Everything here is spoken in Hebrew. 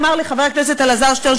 אמר לי חבר הכנסת אלעזר שטרן,